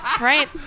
right